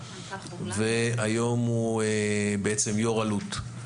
והיום הוא יו"ר אלו"ט.